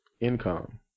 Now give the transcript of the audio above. income